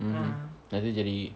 mmhmm nanti jadi